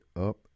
up